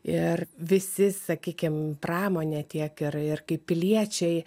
ir visi sakykim pramonė tiek ir ir kaip piliečiai